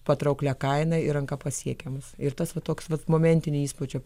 patrauklia kaina ir ranka pasiekiamas ir tas va toks vat momentinį įspūdžio